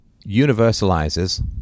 universalizes